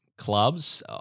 Clubs